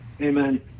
Amen